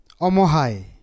Omohai